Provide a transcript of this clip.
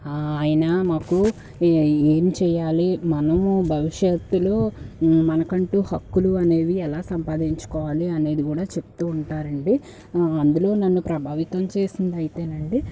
ఆయన మాకు ఏమి చేయాలి మనము భవిష్యత్తులో మనకంటూ హక్కులు అనేవి ఎలా సంపాదించుకోవాలి అనేది కూడా చెప్తూ ఉంటారండి అందులో నన్ను ప్రభావితం చేసిందయితే అండి